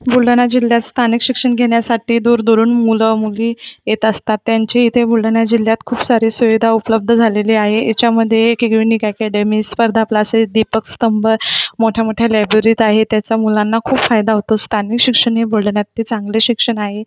बुलढाणा जिल्ह्यात स्थानिक शिक्षण घेण्यासाठी दूरदुरून मुलंमुली येत असतात त्यांची इथे बुलढाणा जिल्ह्यात खूप सारी सुविधा उपलब्ध झालेली आहे ह्याच्यामध्ये एक युनिक अकॅडमी स्पर्धा क्लासेस दीपक स्तंभ मोठ्या मोठ्या लायब्ररीत आहे त्याचा मुलांना खूप फायदा होतो स्थानिक शिक्षण हे बुलढाण्यात ते चांगले शिक्षण आहे